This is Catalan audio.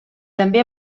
també